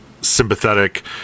sympathetic